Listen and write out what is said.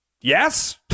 Yes